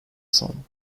sun